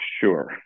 Sure